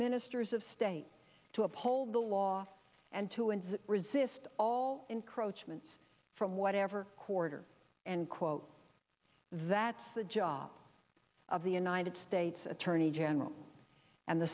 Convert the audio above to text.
ministers of state to uphold the law and to and resist all encroachments from whatever quarter and quote that's the job of the united states attorney general and the